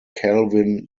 calvin